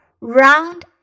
Round